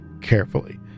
carefully